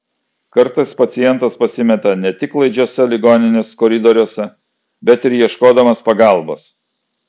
kartais pacientas pasimeta ne tik klaidžiuose ligoninės koridoriuose bet ir ieškodamas pagalbos